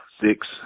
six